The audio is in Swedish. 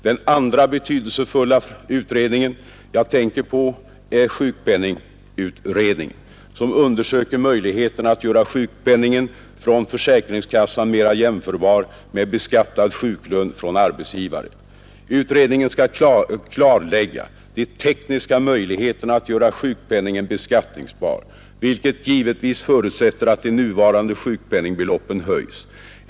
Den andra betydelsefulla utredningen jag tänker på är sjukpenningutredningen, som undersöker möjligheterna att göra sjukpenningen från försäkringskassan mera jämförbar med beskattad sjuklön från arbetsgivare. Utredningen skall klarlägga de tekniska möjligheterna att göra sjukpenningen beskattningsbar, vilket givetvis förutsätter att de nuvarande sjukpenningbeloppen höjs.